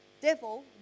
devil